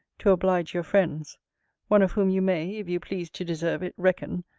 to oblige your friends one of whom you may, if you please to deserve it, reckon,